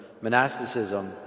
monasticism